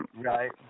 Right